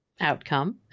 outcome